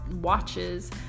watches